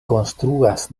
konstruas